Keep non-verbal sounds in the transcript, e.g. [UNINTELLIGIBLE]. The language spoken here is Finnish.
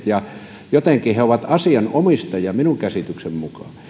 [UNINTELLIGIBLE] ja jotenkin he ovat asianomistajia minun käsitykseni mukaan